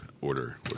order